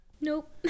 Nope